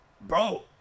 bro